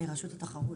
מרשות התחרות.